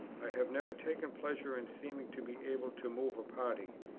i have never taken pleasure in seeming to be able to move a party,